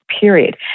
period